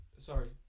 Sorry